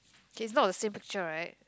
okay it's not the same picture right